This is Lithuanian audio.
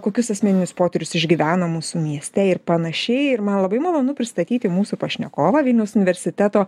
kokius asmeninius potyrius išgyveno mūsų mieste ir panašiai ir man labai malonu pristatyti mūsų pašnekovą vilniaus universiteto